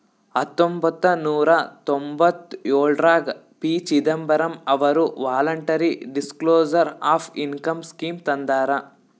ಹತೊಂಬತ್ತ ನೂರಾ ತೊಂಭತ್ತಯೋಳ್ರಾಗ ಪಿ.ಚಿದಂಬರಂ ಅವರು voluntary disclosure of income scheme ತಂದಾರ